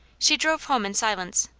she drove home in silence,